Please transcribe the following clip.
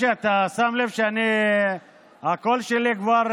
משה, אתה שם לב שהקול שלי כבר,